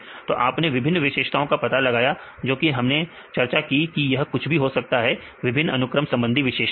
तो आपने विभिन्न विशेषताओं का पता लगाया जो कि हमें चर्चा की यह कुछ भी हो सकते हैं विभिन्न अनुक्रम संबंधी विशेषताएं